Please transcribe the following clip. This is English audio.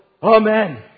Amen